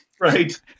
Right